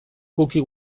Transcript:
cookie